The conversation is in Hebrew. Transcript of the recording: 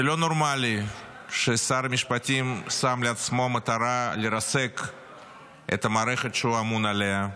זה לא נורמלי ששר המשפטים שם לעצמו מטרה לרסק את המערכת שהוא אמון עליה,